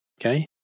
Okay